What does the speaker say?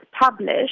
published